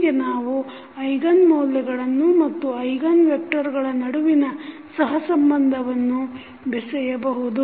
ಹೀಗೆ ನಾವು ಐಗನ್ ಮೌಲ್ಯಗಳನ್ನು ಮತ್ತು ಐಗನ್ ವೆಕ್ಟರ್ಗಳ ನಡುವಿನ ಸಹ ಸಂಬಂಧವನ್ನು ಬೆಸೆಯಬಹುದು